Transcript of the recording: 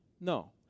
No